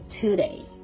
today